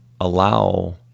allow